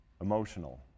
emotional